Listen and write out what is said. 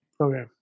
Okay